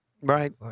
right